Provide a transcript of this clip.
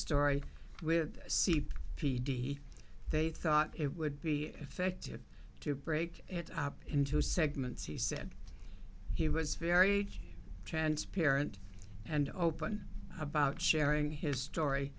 story with c p p d they thought it would be effective to break it up into segments he said he was very transparent and open about sharing his story